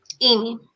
Amy